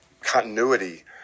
continuity